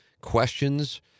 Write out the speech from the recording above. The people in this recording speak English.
questions